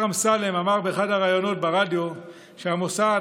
השר אמסלם אמר באחד מהראיונות ברדיו שהמוסד,